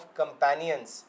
companions